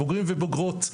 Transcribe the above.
בוגרים ובוגרות,